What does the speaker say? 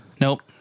Nope